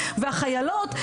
והחיילות,